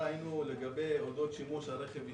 לגבי אודות שימוש רכב אישי,